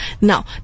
Now